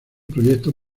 proyectos